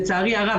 לצערי הרב,